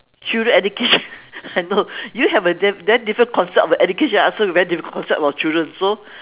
children education I know you have a they very different concept about education I also have a very different concept about children so